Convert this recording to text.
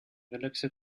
galaxia